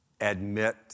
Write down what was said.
admit